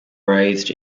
raised